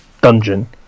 dungeon